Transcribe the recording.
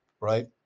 right